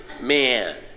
man